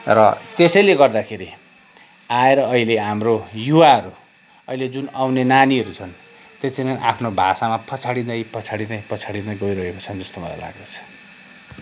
र त्यसैले गर्दाखेरि आएर अहिले हाम्रो युवाहरू अहिले जुन आउने नानीहरू छन् त्यसरी नै आफ्नो भाषामा पछाडिदैँ पछाडिदैँ पछाडिदैँ गइरहेको छन् जस्तो मलाई लाग्दछ